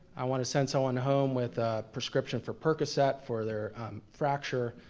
i wanna send someone home with a prescription for percocet for their fracture,